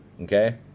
Okay